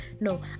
no